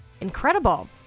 incredible